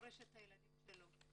דורש את הילדים שלו,